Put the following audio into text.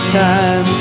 time